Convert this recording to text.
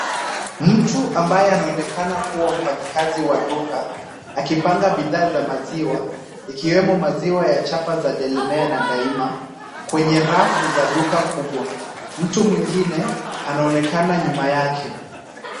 Mtu ambaye anaonekana kuwa mfanyikazi wa duka, akipanga bidhaa za maziwa, ikiwemo chapa za Delamere na Daima kwenye rafu za duka kubwa. Mtu mwingine anaonekana nyuma yake.